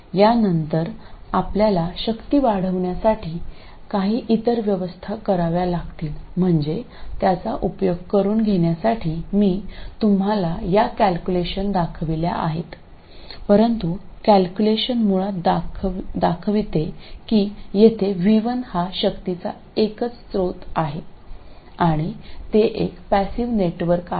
या नंतर आपल्याला शक्ती वाढविण्यासाठी काही इतर व्यवस्था कराव्या लागतील म्हणजे त्याचा उपयोग करुन घेण्यासाठी मी तुम्हाला या कॅल्क्युलेशन दाखविल्या आहेत परंतु कॅल्क्युलेशन मुळात दाखविते की येथे v1 हा शक्तीचा केवळ एकच स्रोत आहे आणि ते एक पॅसिव नेटवर्क आहे